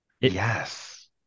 yes